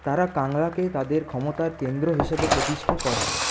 তারা বাংলাকে তাদের ক্ষমতার কেন্দ্র হিসেবে প্রতিষ্ঠা করে